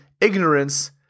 ignorance